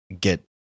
get